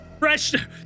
Fresh